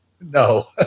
No